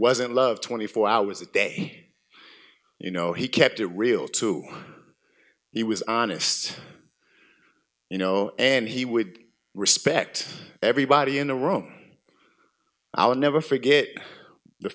wasn't love twenty four hours a day you know he kept it real to he was honest you know and he would respect everybody in a room i'll never